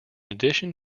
addition